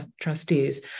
trustees